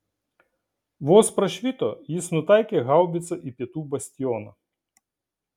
vos prašvito jis nutaikė haubicą į pietų bastioną